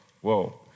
whoa